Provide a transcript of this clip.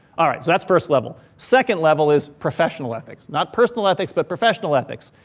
all right, so that's first level. second level is professional ethics. not personal ethics, but professional ethics.